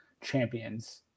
champions